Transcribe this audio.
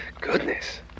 Goodness